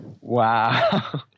Wow